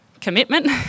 commitment